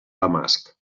damasc